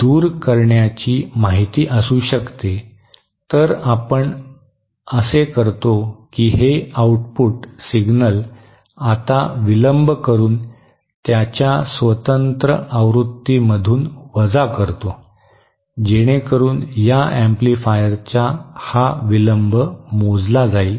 दूर करण्याची माहिती असू शकते तर आपण असे करतो की हे आउटपुट सिग्नल आता विलंब करून त्याच्या स्वतःच्या आवृत्तीमधून वजा करतो जेणेकरून या एम्पलीफायरच्या हा विलंब मोजला जाईल